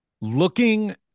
Looking